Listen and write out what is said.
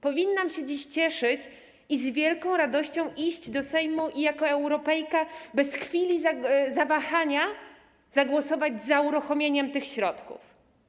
Powinnam się dziś cieszyć, z wielką radością iść do Sejmu i jako Europejka bez chwili zawahania zagłosować za uruchomieniem tych środków.